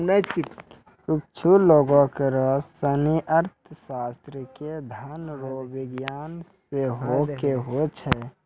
कुच्छु लोग सनी अर्थशास्त्र के धन रो विज्ञान सेहो कहै छै